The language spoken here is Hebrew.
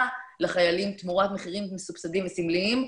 לחיילים תמורת מחירים מסובסדים וסמליים,